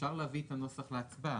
אפשר להביא את הנוסח להצבעה.